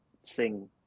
sing